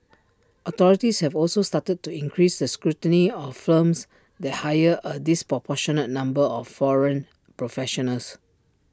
authorities have also started to increase the scrutiny of firms that hire A disproportionate number of foreign professionals